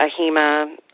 AHEMA